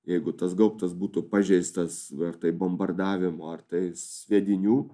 jeigu tas gaubtas būtų pažeistas ar tai bombardavimo ar tai sviedinių